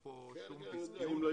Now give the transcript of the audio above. אין לנו פה שום אי שביעות,